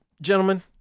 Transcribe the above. gentlemen